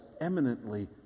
eminently